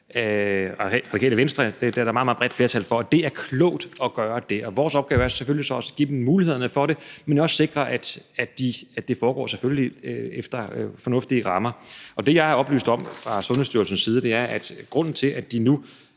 også der er et meget, meget bredt flertal for, også med Radikale Venstre. Det er klogt at gøre det. Vores opgave er selvfølgelig så at give dem mulighederne for det, men jo også sikre, at det selvfølgelig foregår efter fornuftige rammer. Det, jeg er oplyst om fra Sundhedsstyrelsens side, er, at grunden til, at de nu